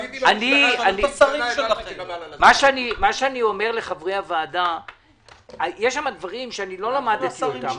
ניסיתי --- אני אומר שיש שם דברים שלא למדתי אותם,